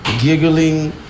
giggling